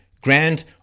grand